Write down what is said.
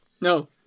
no